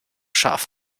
scharf